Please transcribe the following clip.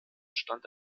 stand